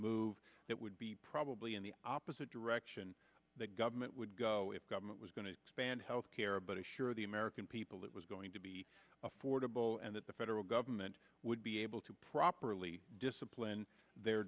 move that would be probably in the opposite direction that government would go if government was going to expand health care but assure the american people it was going to be affordable and that the federal government would be able to properly discipline their